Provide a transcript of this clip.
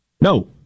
No